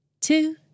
two